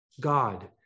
God